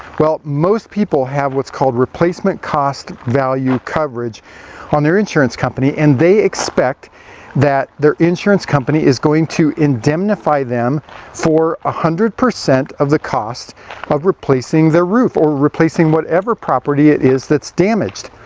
well, most people have what's called replacement cost value coverage on their insurance company, and they expect that their insurance company is going to indemnify them for ah hundred percent of the cost of replacing their roof or replacing whatever property it is that's damaged.